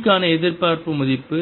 p க்கான எதிர்பார்ப்பு மதிப்பு